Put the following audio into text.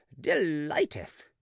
delighteth